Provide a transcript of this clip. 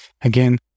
Again